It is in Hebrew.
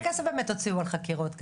כמה כסף הוציאו על חקירות כאלו?